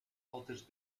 alters